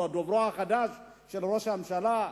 הוא דוברו החדש של ראש הממשלה.